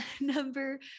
Number